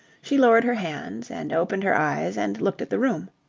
she lowered her hands and opened her eyes and looked at the room.